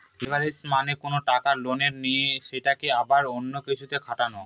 leverage মানে কোনো টাকা লোনে নিয়ে সেটাকে আবার অন্য কিছুতে খাটানো